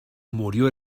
murió